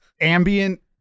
ambient